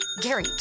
Gary